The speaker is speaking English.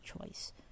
choice